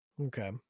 okay